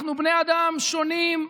אנחנו בני אדם שונים,